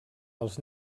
els